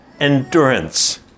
endurance